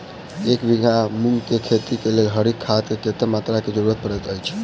एक बीघा मूंग केँ खेती केँ लेल हरी खाद केँ कत्ते मात्रा केँ जरूरत पड़तै अछि?